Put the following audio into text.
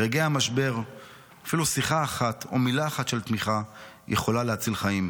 ברגעי המשבר אפילו שיחה אחת או מילה אחת של תמיכה יכולה להציל חיים,